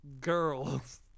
Girls